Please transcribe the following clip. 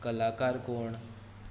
कलाकार कोण